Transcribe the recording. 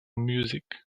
music